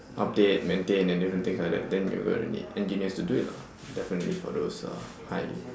update maintain and different things like that then you're gonna need engineers to do it lah definitely for those uh high